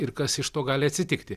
ir kas iš to gali atsitikti